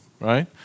right